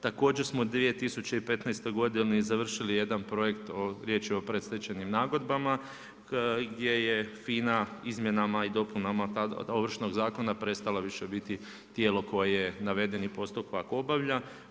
Također smo 2015. završili jedan projekt o, riječ je o predstečajnim nagodbama, gdje je FINA izmjenama i dopunama, Ovršnog zakona prestala više biti tijelo koje navedeni postupak obavlja.